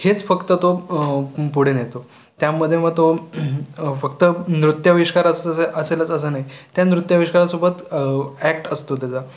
हेच फक्त तो पुढे नेतो त्यामध्ये मग तो फक्त नृत्याविष्कार असच असेलच असं नाही त्या नृत्याविष्कारासोबत ॲक्ट असतो त्याचा